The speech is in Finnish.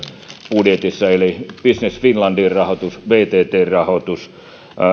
budjetissa eli on business finlandin rahoitus vttn rahoitus